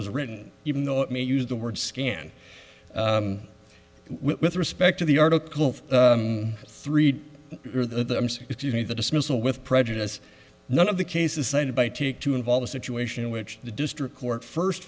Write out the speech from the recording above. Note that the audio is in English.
was written even though it may use the word scan with respect to the article three or the bits you need the dismissal with prejudice none of the cases cited by take to involve a situation in which the district court first